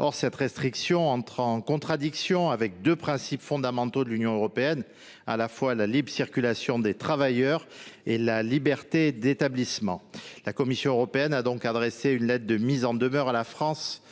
Or cette restriction entre en contradiction avec deux principes fondamentaux de l’Union européenne : la libre circulation des travailleurs et la liberté d’établissement. La Commission européenne a donc adressé une lettre de mise en demeure à la France